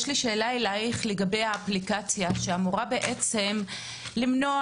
אני מבקשת לשאול אותך לגבי האפליקציה שלמעשה אמורה למנוע